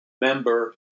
member